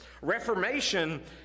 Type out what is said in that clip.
Reformation